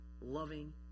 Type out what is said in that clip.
loving